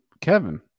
Kevin